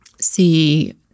see